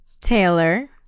Taylor